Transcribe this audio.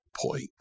point